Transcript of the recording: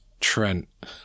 Trent